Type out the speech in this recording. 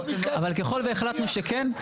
אבל ככל והחלטנו שכן,